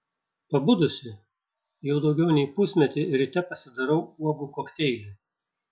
pabudusi jau daugiau nei pusmetį ryte pasidarau uogų kokteilį